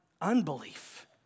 unbelief